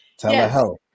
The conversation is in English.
telehealth